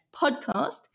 podcast